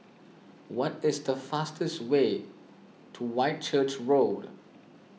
what is the fastest way to Whitchurch Road